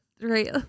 right